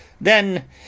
Then